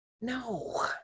No